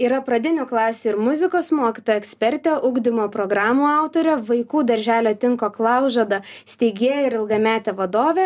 yra pradinių klasių ir muzikos mokytoja ekspertė ugdymo programų autorė vaikų darželio tinko klaužada steigėja ir ilgametė vadovė